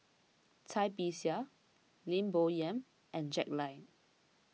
Cai Bixia Lim Bo Yam and Jack Lai